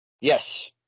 Yes